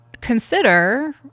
consider